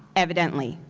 evidently.